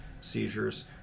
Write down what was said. seizures